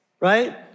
Right